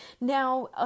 Now